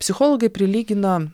psichologai prilygina